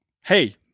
Hey